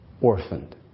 orphaned